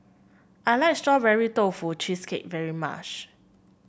I like Strawberry Tofu Cheesecake very much